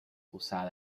usada